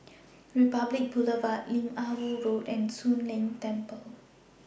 Republic Boulevard Lim Ah Woo Road and Soon Leng Temple